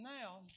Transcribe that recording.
now